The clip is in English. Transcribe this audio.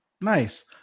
Nice